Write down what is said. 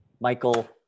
Michael